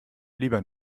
lieber